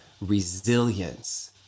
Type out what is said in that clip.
resilience